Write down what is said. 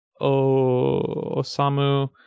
Osamu